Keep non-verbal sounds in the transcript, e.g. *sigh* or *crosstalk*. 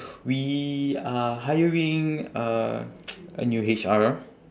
we are hiring a *noise* a new H_R